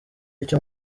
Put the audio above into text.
icyo